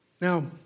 Now